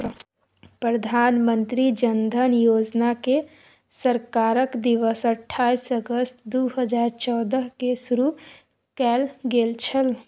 प्रधानमंत्री जन धन योजनाकेँ सरकारक दिससँ अट्ठाईस अगस्त दू हजार चौदहकेँ शुरू कैल गेल छल